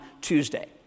Tuesday